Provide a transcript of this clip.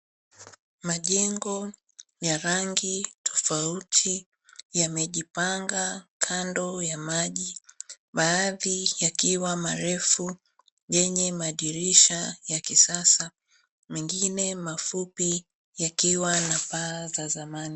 Majengo ya rangi tofauti yamejipanga kando ya maji baadhi yakiwa marefu yenye madirisha ya kisasa na mengine mafupi yakiwa na paa za zamani.